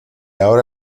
ahora